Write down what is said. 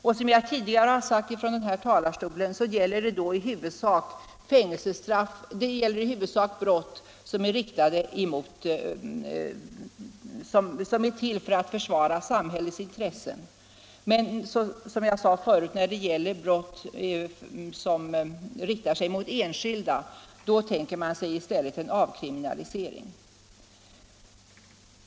Som jag tidigare har sagt från denna talarstol gäller det i huvudsak lagar som är till för att försvara samhällets intressen. När det är fråga om brott riktade mot enskilda tänker man sig i stället en avkriminalisering.